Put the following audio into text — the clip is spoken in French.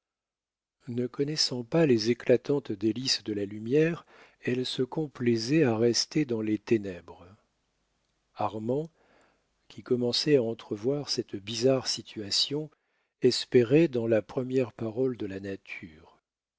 ne connaissant pas les éclatantes délices de la lumière elle se complaisait à rester dans les ténèbres armand qui commençait à entrevoir cette bizarre situation espérait dans la première parole de la nature